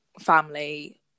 family